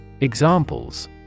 Examples